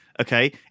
okay